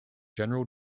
general